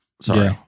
sorry